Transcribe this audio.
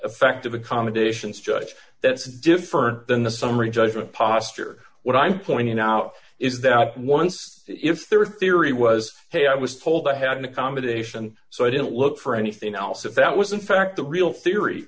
effective accommodations judge that's different than the summary judgment posture what i'm pointing out is that once if there were theory was hey i was told i had an accommodation so i didn't look for anything else if that was in fact the real theory